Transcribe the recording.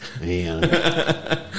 man